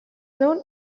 known